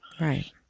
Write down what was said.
Right